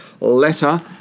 letter